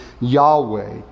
Yahweh